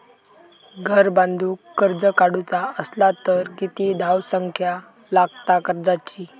घर बांधूक कर्ज काढूचा असला तर किती धावसंख्या लागता कर्जाची?